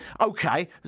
Okay